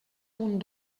punt